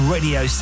Radio